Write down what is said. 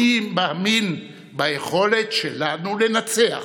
אני מאמין ביכולת שלנו לנצח.